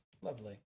Lovely